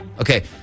okay